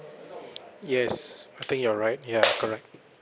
yes I think you're right ya correct